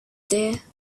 there